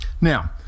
Now